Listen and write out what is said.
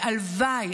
והלוואי,